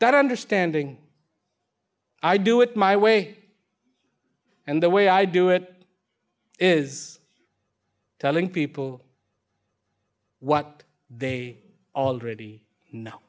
that understanding i do it my way and the way i do it is telling people what they already know